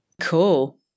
Cool